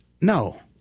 No